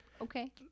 okay